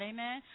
Amen